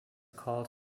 called